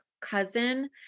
cousin